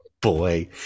Boy